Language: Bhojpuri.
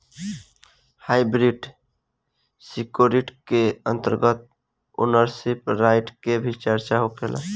हाइब्रिड सिक्योरिटी के अंतर्गत ओनरशिप राइट के भी चर्चा होखेला